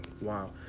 wow